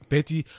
Betty